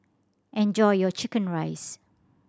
enjoy your chicken rice